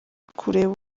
kureba